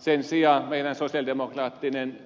sen sijaan meidän sosialidemokraattinen